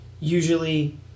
Usually